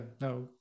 no